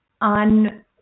on